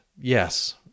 yes